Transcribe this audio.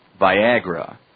Viagra